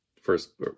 first